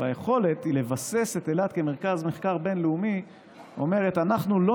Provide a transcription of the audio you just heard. היכולת לבסס את אילת כמרכז מחקר בין-לאומי אומרת: אנחנו לא